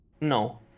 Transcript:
No